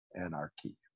Anarchy